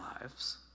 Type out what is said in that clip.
lives